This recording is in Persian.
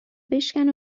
بشکن